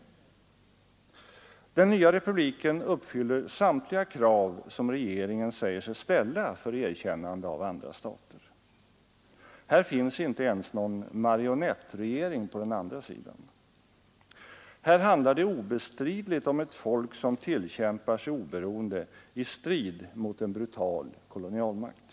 20 mars 1974 Den nya republiken uppfyller samtliga krav som regeringen säger sig ———— ställa för erkännande av andra stater. Här finns inte ens någon Utrikes-, handelsmarionettregering på den andra sidan. Här handlar det obestridligt om ett och valutapolitisk folk som tillkämpar sig oberoende i strid mot en brutal kolonialmakt.